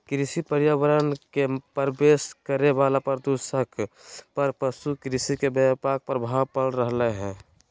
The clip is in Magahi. कृषि पर्यावरण मे प्रवेश करे वला प्रदूषक पर पशु कृषि के व्यापक प्रभाव पड़ रहल हई